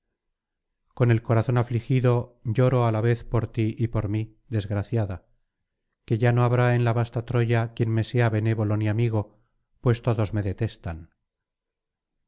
con el corazón afligido lloro á la vez por ti y por mí desgraciada que ya no habrá en la vasta troya quien me sea benévolo ni amigo pues todos me detestan